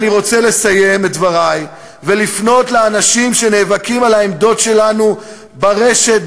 אני רוצה לסיים את דברי ולפנות לאנשים שנאבקים על העמדות שלנו ברשת,